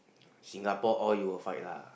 Singapore all you will fight lah